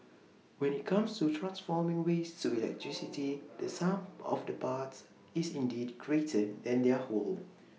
when IT comes to transforming waste to electricity the sum of the parts is indeed greater than their whole